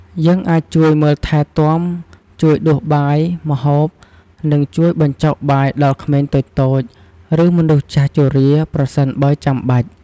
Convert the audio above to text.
យើងអាចជួយមើលថែទាំ ជួយដួសបាយ ម្ហូប និងជួយបញ្ចុកបាយដល់ក្មេងតូចៗ ឬមនុស្សចាស់ជរា ប្រសិនបើចាំបាច់។